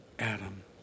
Adam